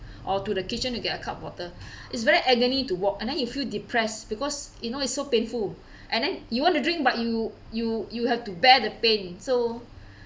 or to the kitchen to get a cup of water it's very agony to walk and then you feel depressed because you know it's so painful and then you want to drink but you you you have to bear the pain so